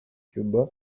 cuba